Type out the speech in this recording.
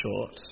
short